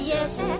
Yes